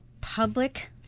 public